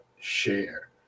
share